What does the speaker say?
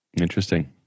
Interesting